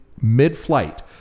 mid-flight